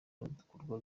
n’ibikorwa